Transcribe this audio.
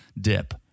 dip